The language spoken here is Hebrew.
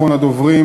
אחרון הדוברים,